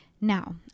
Now